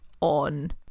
on